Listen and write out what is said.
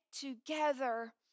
together